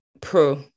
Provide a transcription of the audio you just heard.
pro